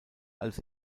als